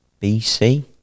bc